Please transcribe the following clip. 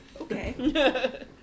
Okay